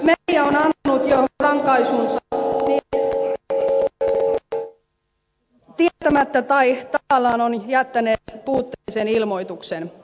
luulenpa että media on antanut jo rankaisunsa niille jotka tietämättään tai tahallaan ovat jättäneet puutteellisen ilmoituksen